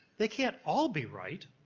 they can't all be right.